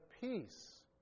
peace